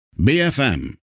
BFM